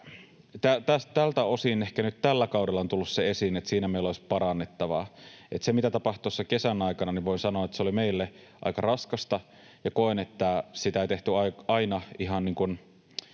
tältä osin ehkä nyt tällä kaudella on tullut esiin se, että siinä meillä olisi parannettavaa. Eli siitä, mitä tapahtui tuossa kesän aikana, voin sanoa, että se oli meille aika raskasta, ja koen, että sitä ei tehty aina